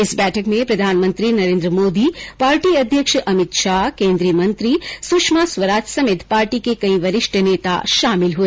इस बैठक में प्रधानमंत्री नरेन्द्र मोदी पार्टी अध्यक्ष अमित शाह केन्द्रीय मंत्री सुषमा स्वराज समेत पार्टी के कई वरिष्ठ नेता शामिल हुए